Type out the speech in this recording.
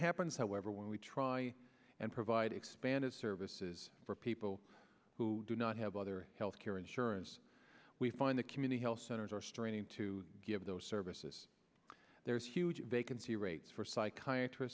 happens however when we try and provide expanded services for people who do not have other health care insurance we find the community health centers are straining to give those services there's huge vacancy rates for psychiatry